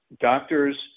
doctors